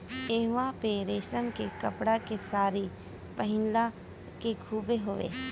इहवां पे रेशम के कपड़ा के सारी पहिनला के खूबे हवे